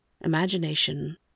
imagination